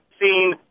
seen